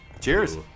Cheers